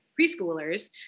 preschoolers